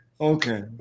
okay